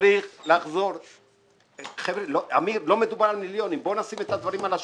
לא מדובר על מיליוני שקלים.